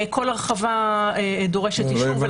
כל הרחבה דורשת אישור.